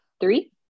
three